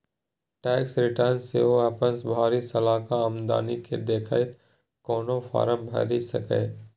tax return सेहो अपन भरि सालक आमदनी केँ देखैत कोनो फर्म भरि सकैए